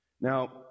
Now